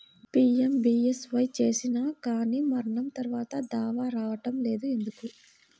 PMBSY చేసినా కానీ మరణం తర్వాత దావా రావటం లేదు ఎందుకు?